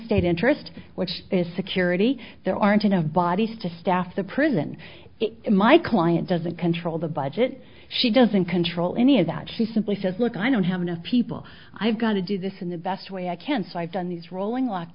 state interest which is security there aren't enough bodies to staff the prison my client doesn't control the budget she doesn't control any of that she simply says look i don't have enough people i've got to do this in the best way i can so i've done these rolling